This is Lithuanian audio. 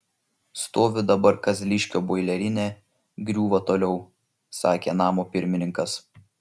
stovi dabar kazliškio boilerinė griūva toliau sakė namo pirmininkas